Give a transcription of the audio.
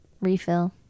refill